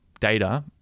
data